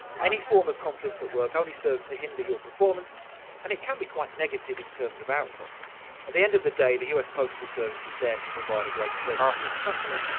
any form of conflict at work only serves to hinder your performance and it can be quite negative in terms of output. at the end of the day, the us postal service is there to provide a great service to its customers,